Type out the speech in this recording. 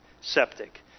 septic